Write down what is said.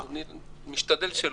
אני משתדל שלא.